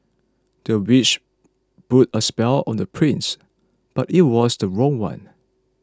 the witch put a spell on the prince but it was the wrong one